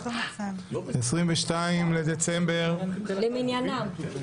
22 בדצמבר -- למניינם.